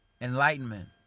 enlightenment